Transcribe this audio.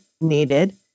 needed